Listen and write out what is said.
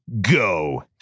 Go